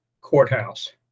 courthouse